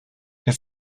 his